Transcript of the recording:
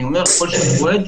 יכול להיות שאני רועד,